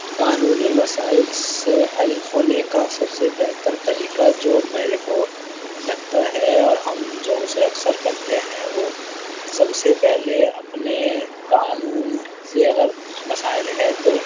قانونی مسائل سے حل ہونے کا سب سے بہتر طریقہ جو میرے کو لگتا ہے اور ہم جو اسے اکثر کرتے ہیں وہ سب سے پہلے اپنے قانون سے اگر مسائل ہے تو